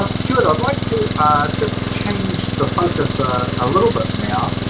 um stuart i'd like to ah just change the focus a little bit now